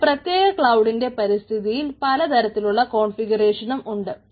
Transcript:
ഒരു പ്രത്യേക ക്ലൌഡിന്റെ പരിസ്ഥിതിയിൽ പലതരത്തിലുള്ള കോൺഫിഗറേഷനും ഉണ്ട്